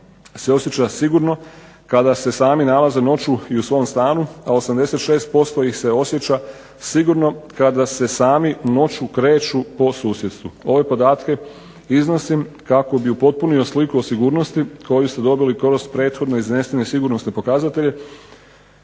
se osjeća sigurno kada se sami nalaze noću i u svom stanu, a 86% ih se osjeća sigurno kada se sami noću kreću po susjedstvu. Ove podatke iznosim kako bi upotpunio sliku o sigurnosti koju ste dobili kroz prethodno iznesene sigurnosne pokazatelje,